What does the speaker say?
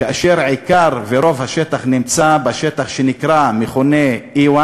כאשר עיקר ורוב השטח נמצא בשטח שמכונה 1E,